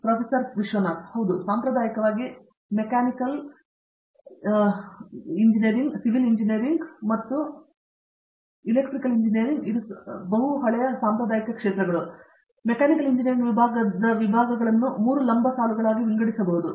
professor Babu Vishwanath ಹೌದು ಸಾಂಪ್ರದಾಯಿಕವಾಗಿ mechanical engineering ವಿಭಾಗದ ವಿಭಾಗಗಳನ್ನು 3 ಲಂಬಸಾಲುಗಳಾಗಿ ವಿಂಗಡಿಸಬಹುದು